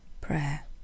prayer